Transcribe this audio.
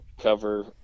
cover